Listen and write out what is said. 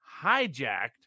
hijacked